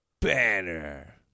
Banner